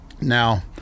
Now